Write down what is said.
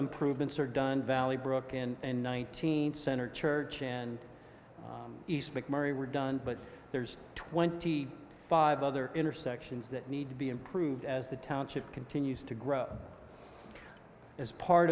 improvements are done valley brook and nineteen center church and east mcmurry were done but there's twenty five other intersections that need to be improved as the township continues to grow as part